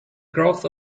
growth